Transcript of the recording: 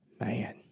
man